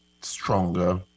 stronger